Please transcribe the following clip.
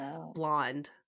blonde